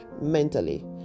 mentally